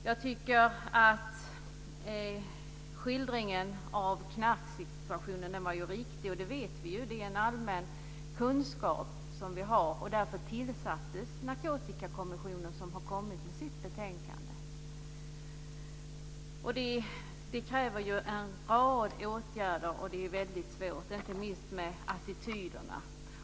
Jag tycker att skildringen av knarksituationen var riktig. Det vet vi ju. Det är en allmän kunskap som vi har. Därför tillsattes Narkotikakommissionen, som har kommit med sitt betänkande. Det kräver en rad åtgärder, och det är väldigt svårt - inte minst vad gäller attityderna.